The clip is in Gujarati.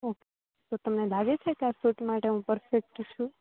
ઓકે તો તમને લાગે છેકે આ શૂટ માટે હું પરફેક્ટ છું